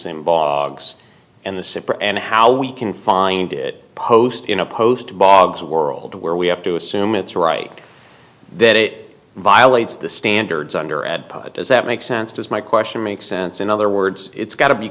and bogs and the super and how we can find it post in a post bogs world where we have to assume it's right that it violates the standards under add does that make sense as my question makes sense in other words it's got to be